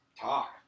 talk